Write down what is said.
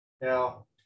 Now